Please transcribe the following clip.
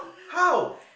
how